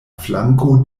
flanko